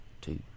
two